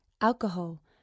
alcohol